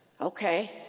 Okay